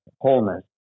wholeness